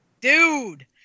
Dude